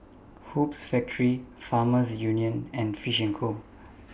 Hoops Factory Farmers Union and Fish and Co